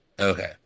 Okay